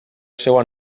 seva